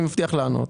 שאני מבטיח לענות.